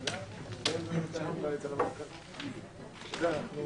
הישיבה ננעלה בשעה 11:20.